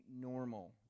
normal